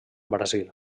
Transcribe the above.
brasil